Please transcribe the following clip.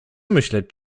myśleć